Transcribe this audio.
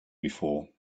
before